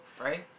right